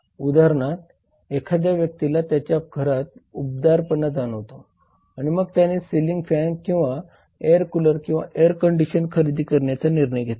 उदाहरणार्थ एखाद्या व्यक्तीला त्याच्या घरात उबदारपणा जाणवतो आणि मग त्याने सीलिंग फॅन किंवा एअर कूलर किंवा एअर कंडिशनर खरेदी करण्याचा निर्णय घेतला